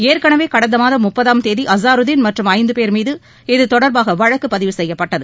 ஏற்கனவே கடந்த மாதம் முப்பதாம் தேதி அசாருதீன் மற்றும் ஐந்து பேர் மீது இதுதொடர்பாக வழக்கு பதிவு செய்யப்பட்டது